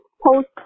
post